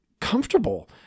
comfortable